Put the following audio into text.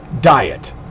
Diet